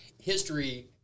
History